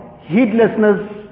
heedlessness